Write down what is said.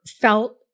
felt